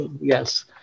Yes